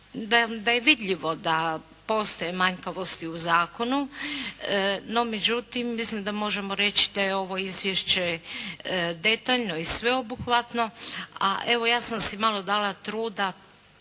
da je vidljivo da postoje manjkavosti u zakonu, no međutim mislim da možemo reći da je ovo izvješće detaljno i sveobuhvatno. A evo, ja sam si malo dala truda